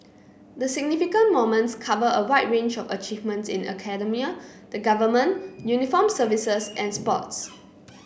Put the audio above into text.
the significant moments cover a wide range of achievements in academia the Government uniformed services and sports